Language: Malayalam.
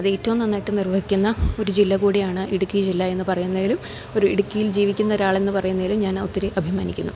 അതേറ്റവും നന്നായിട്ടു നിർവഹിക്കുന്ന ഒരു ജില്ല കൂടിയാണ് ഇടുക്കി ജില്ല എന്നു പറയുന്നതിലും ഒരു ഇടുക്കിയിൽ ജീവിക്കുന്നൊരാളെന്നു പറയുന്നതിലും ഞാനൊത്തിരി അഭിമാനിക്കുന്നു